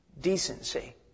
decency